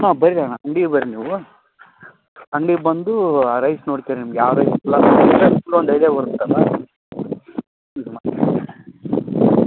ಹಾಂ ಬನ್ರಿ ಅಣ್ಣ ಅಂಗ್ಡಿಗೆ ಬರ್ರಿ ನೀವು ಅಂಗ್ಡಿಗೆ ಬಂದು ರೈಸ್ ನೋಡ್ಕರಿ ನಿಮ್ಗೆ ಯಾವ ರೈಸ್ ಐಡ್ಯ ಬರುತ್ತಲ್ವ